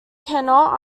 cannot